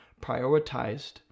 prioritized